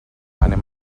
anem